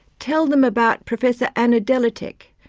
tell them about professor ana deletic,